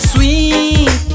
Sweet